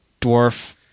dwarf